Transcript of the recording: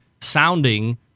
sounding –